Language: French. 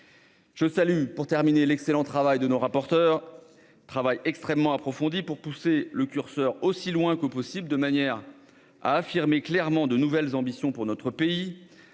Je salue pour terminer l'excellent travail, très approfondi, de nos rapporteurs pour pousser le curseur aussi loin que possible de manière à affirmer clairement de nouvelles ambitions pour notre pays.